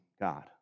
God